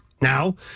now